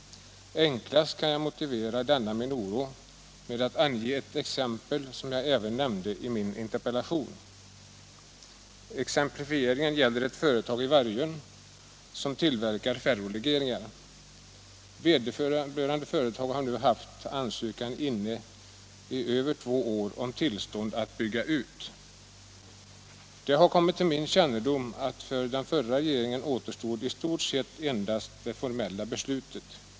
Enklast kan jag motivera denna min oro med att ange ett exempel, som jag även nämnde i min interpellation. Exemplifieringen gäller ett företag i Vargön som tillverkar ferrolegeringar. Vederbörande företag har nu haft ansökan inne om tillstånd att bygga ut i omkring två år. Det har kommit till min kännedom att för den förra regeringen återstod i stort sett endast det formella beslutet.